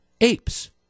apes